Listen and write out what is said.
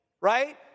right